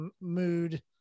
mood